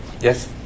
Yes